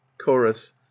Chorus